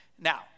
now